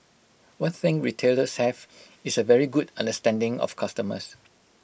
one thing retailers have is A very good understanding of customers